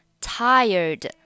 Tired